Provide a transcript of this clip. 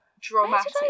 dramatic